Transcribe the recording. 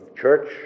church